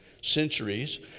centuries